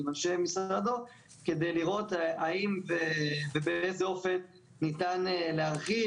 עם אנשי משרדו כדי לראות האם ובאיזה אופן ניתן להרחיב